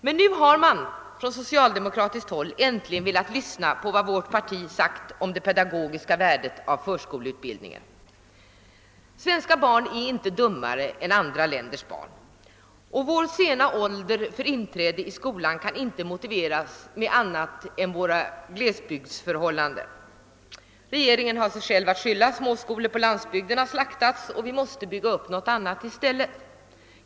Men nu har man från socialdemokratiskt håll äntligen velat lyssna på vad vårt parti har sagt om det pedagogiska värdet av förskoleutbildning. Svenska barn är inte dummare än andra länders barn, och den sena åldern för inträde i skolan kan inte motiveras med annat än glesbygdssvårigheterna. Regeringen har sig själv att skylla — småskolorna på landsbygden har slaktats, och vi måste bygga upp något annat i stället.